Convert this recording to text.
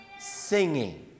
singing